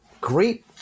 great